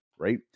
right